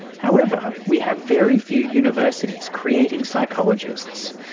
however, we have very few universities creating psychologists,